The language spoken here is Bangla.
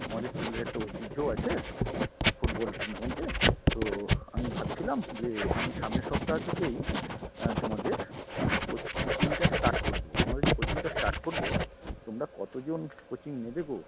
তোমাদের স্কুলের একটা ঐতিহ্যও আছে ফুটবল টুর্নামেন্টে তো আমি ভাবছিলাম যে আমি সামনের সপ্তাহ থেকেই তোমাদের কোচিংটা স্টার্ট করে দেবো তোমাদের যে কোচিংটা স্টার্ট করব তোমরা কত জন কোচিং নেবে গো